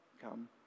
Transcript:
come